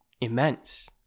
immense